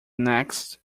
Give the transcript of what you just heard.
next